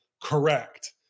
correct